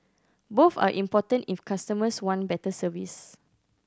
both are important if customers want better service